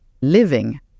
living